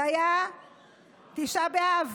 זה היה תשעה באב.